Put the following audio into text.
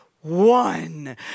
one